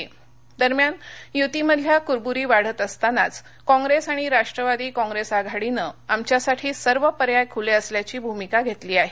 चव्हाण दरम्यान युतीमधल्या कुरब्री वाढत असतानाच काँग्रेस आणि राष्ट्रवादी काँग्रेस आघाडीनं आमच्यासाठी सर्व पर्याय खुले असल्याची भूमिका घेतली आहे